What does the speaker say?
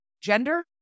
gender